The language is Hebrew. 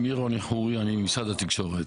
אני ממשרד התקשורת.